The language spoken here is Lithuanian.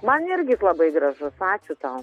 man irgi jis labai gražu ačiū tau